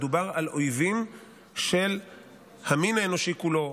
מדובר על אויבים של המין האנושי כולו,